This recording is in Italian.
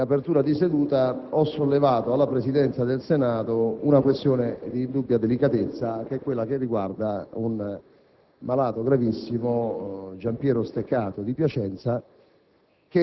in apertura di seduta, ho sollevato alla Presidenza del Senato una questione di indubbia delicatezza, che riguarda un malato gravissimo, Giampiero Steccato di Piacenza,